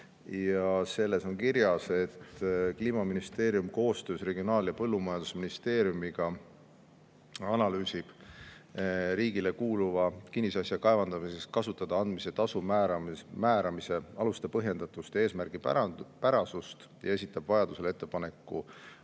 Selles on kirjas, et Kliimaministeerium analüüsib koostöös Regionaal- ja Põllumajandusministeeriumiga riigile kuuluva kinnisasja kaevandamiseks kasutada andmise tasu määramise aluste põhjendatust ja eesmärgipärasust ja esitab vajadusel ettepaneku